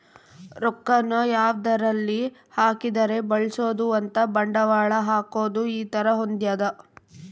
ರೊಕ್ಕ ನ ಯಾವದರಲ್ಲಿ ಹಾಕಿದರೆ ಬೆಳ್ಸ್ಬೊದು ಅಂತ ಬಂಡವಾಳ ಹಾಕೋದು ಈ ತರ ಹೊಂದ್ಯದ